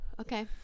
Okay